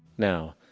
now,